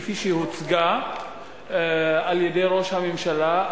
כפי שהוצגה על-ידי ראש הממשלה,